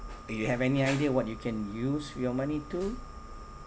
you have any idea what you can use your money to